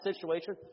situation